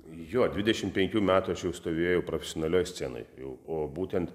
jo dvidešim penkių metų aš jau stovėjau profesionalioj scenoj jau o būtent